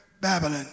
Babylon